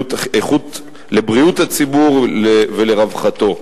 לבריאות הציבור ולרווחתו.